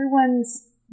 everyone's